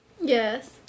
Yes